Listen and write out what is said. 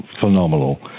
phenomenal